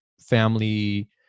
family